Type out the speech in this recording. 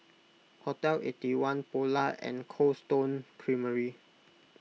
Hotel Eighty One Polar and Cold Stone Creamery